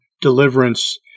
deliverance